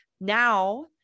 Now